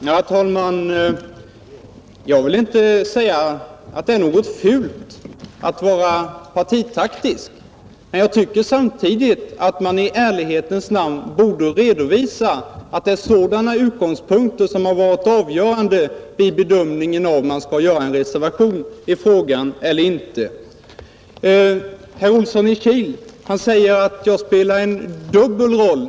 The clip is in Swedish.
Herr talman! Jag vill inte säga att det är fult att vara partitaktisk, men jag tycker att man i ärlighetens namn borde redovisa att det är sådana utgångspunkter som varit avgörande vid bedömningen av om man skall reservera sig i den här frågan eller inte. Herr Olsson i Kil säger att jag spelar en dubbel roll.